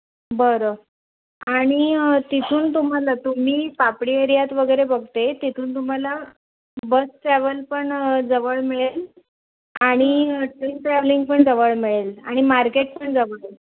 बरं आणि तिथून तुम्हाला तुम्ही पापडी एरियात वगैरे बघते तिथून तुम्हाला बस ट्रॅव्हल पण जवळ मिळेल आणि ट्रेन ट्रॅव्हलिंग पण जवळ मिळेल आणि मार्केट पण जवळ आहे